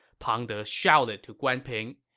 pang de shouted to guan ping.